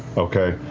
okay?